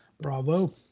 Bravo